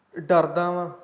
ਡਰਦਾ ਹਾਂ